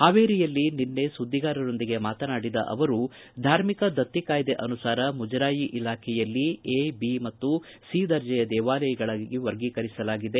ಪಾವೇರಿಯಲ್ಲಿ ನಿನ್ನೆ ದುದ್ದಿಗಾರರೊಂದಿಗೆ ಮಾತನಾಡಿದ ಅವರು ಧಾರ್ಮಿಕ ದತ್ತಿ ಕಾಯ್ದೆ ಅನುಸಾರ ಮುಜರಾಯಿ ಇಲಾಖೆಯಲ್ಲಿ ಎ ಬಿ ಮತ್ತು ಸಿ ದರ್ಜೆಯ ದೇವಾಲಯಗಳಾಗಿ ವರ್ಗೀಕರಿಸಲಾಗಿದೆ